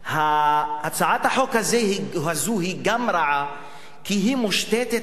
הצעת החוק הזו היא רעה גם כי היא מושתתת על